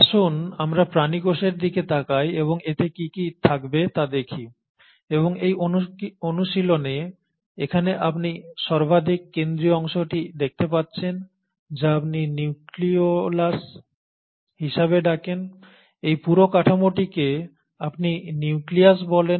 আসুন আমরা প্রাণী কোষের দিকে তাকাই এবং এতে কী কী থাকবে তা দেখি এবং এই অনুশীলনে এখানে আপনি সর্বাধিক কেন্দ্রীয় অংশটি দেখতে পাচ্ছেন যা আপনি নিউক্লিয়লাস হিসাবে ডাকেন এই পুরো কাঠামোটিকে আপনি নিউক্লিয়াস বলেন